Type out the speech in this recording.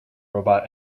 robot